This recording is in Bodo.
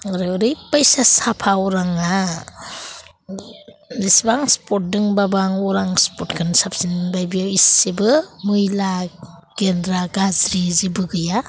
ओरैबायसा साफा अराङा बेसेबां स्पट दंबाबो आं अरां स्पटखोनो साबसिन मोनबाय बियाव इसेबो मैला गेन्द्रा गाज्रि जेबो गैया